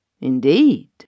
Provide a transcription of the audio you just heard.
Indeed